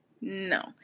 No